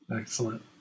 Excellent